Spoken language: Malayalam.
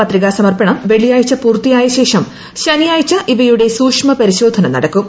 പത്രികാ സമർപ്പണം വെള്ളിയാഴ്ച പൂർത്തിയായ ശേഷം ശനിയാഴ്ച ഇവയുടെ സൂക്ഷ്മ പരിശോധന നടക്കും